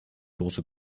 große